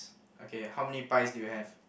okay how many pies do you have